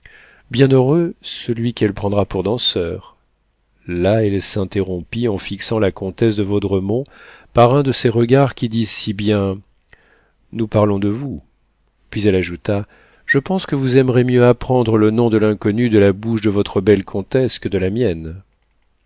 ravir bienheureux celui qu'elle prendra pour danseur là elle s'interrompit en fixant la comtesse de vaudremont par un de ces regards qui disent si bien nous parlons de vous puis elle ajouta je pense que vous aimerez mieux apprendre le nom de l'inconnue de la bouche de votre belle comtesse que de la mienne